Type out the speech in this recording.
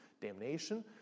damnation